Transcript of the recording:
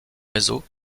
réseaux